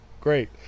Great